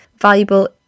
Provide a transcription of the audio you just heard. valuable